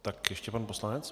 Tak ještě pan poslanec.